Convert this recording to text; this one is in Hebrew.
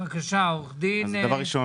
בבקשה, עורך דין, כן?